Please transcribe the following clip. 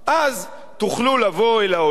אז תוכלו לבוא אל העולם,